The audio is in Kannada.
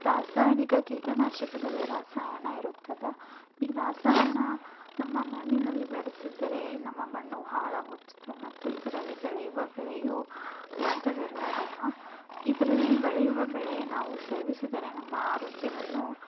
ರಾಸಾಯನಿಕ ಕೀಟನಾಶಕದಲ್ಲಿ ರಸಾಯನ ಇರುತ್ತದೆ ಈ ರಸಾಯನ ನಮ್ಮ ಮಣ್ಣಿನಲ್ಲಿ ಬೆರೆಸಿದರೆ ನಮ್ಮ ಮಣ್ಣು ಹಾಳಾಗುತ್ತದೆ ಮತ್ತು ಇದರಲ್ಲಿ ಬೆಳೆಯುವ ಬೆಳೆಯೂ ಉಚಿತವಿರುವುದಿಲ್ಲ ಇದರಲ್ಲಿ ಬೆಳೆಯುವ ಬೆಳೆ ನಾವು ಸೇವಿಸಿದರೆ ನಮ್ಮ ಆರೋಗ್ಯವನ್ನು